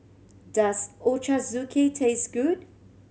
does Ochazuke taste good